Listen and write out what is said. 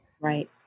Right